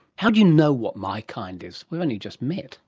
how do you know what my kind is? we've only just met.